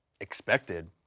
expected